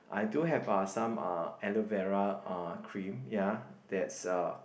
I do have uh some uh aloe vera uh cream ya that's uh